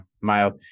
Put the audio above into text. Mild